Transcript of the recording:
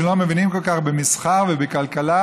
שלא מבינים כל כך במסחר ובכלכלה,